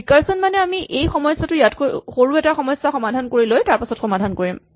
recursion মানে আমি এই সমস্যাটো ইয়াতকৈ সৰু এটা সমস্যা সমাধান কৰি লৈ তাৰপাছত সমাধান কৰিম